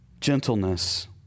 Gentleness